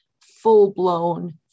full-blown